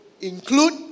include